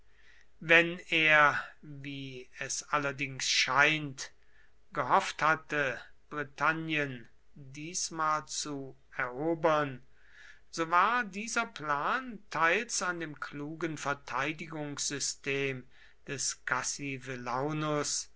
wenn er wie es allerdings scheint gehofft hatte britannien diesmal zu erobern so war dieser plan teils an dem klugen verteidigungssystem des